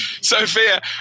Sophia